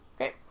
Okay